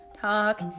talk